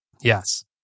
Yes